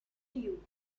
you